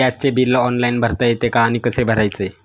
गॅसचे bill online भरता येते का आणि कसे भरायचे?